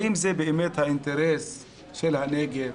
האם זה באמת האינטרס של הנגב,